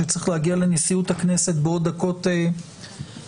שצריך להגיע לנשיאות הכנסת בעוד דקות אחדות,